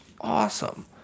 awesome